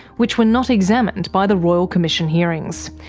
which were not examined by the royal commission hearings.